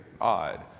odd